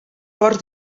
forts